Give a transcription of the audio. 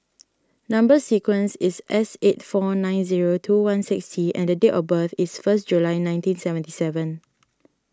Number Sequence is S eight four nine zero two one six T and date of birth is first July nineteen seventy seven